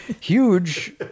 huge